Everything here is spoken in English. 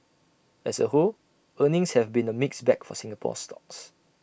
as A whole earnings have been A mixed bag for Singapore stocks